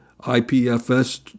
IPFS